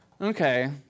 okay